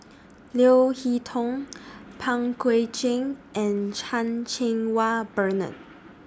Leo Hee Tong Pang Guek Cheng and Chan Cheng Wah Bernard